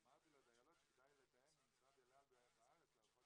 ואמרתי לדיילות שכדאי לתאם עם משרדי אל על בארץ ארוחות